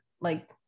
like-